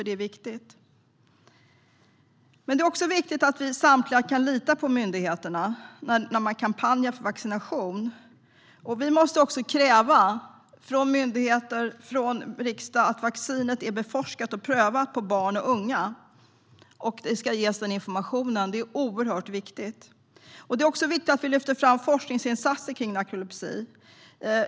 Det är viktigt att vi samtliga kan lita på myndigheterna när de kampanjar för vaccination. Vi i riksdagen och myndigheterna måste därför kräva att vaccinet är beforskat och prövat på barn och unga och att vi ska ges den informationen. Det är oerhört viktigt. Det är också viktigt att vi lyfter fram forskningsinsatser kring narkolepsi.